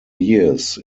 years